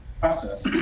process